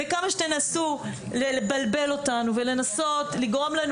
וכמה שתנסו לבלבל אותנו ולנסות לגרום לנו